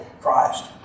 Christ